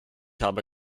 habe